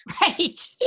Right